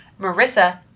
Marissa